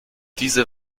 diese